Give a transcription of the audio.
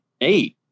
eight